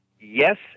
Yes